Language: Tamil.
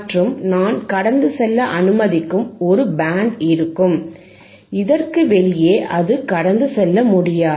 மற்றும் நான் கடந்து செல்ல அனுமதிக்கும் ஒரு பேண்ட் இருக்கும் இதற்கு வெளியே அது கடந்து செல்ல முடியாது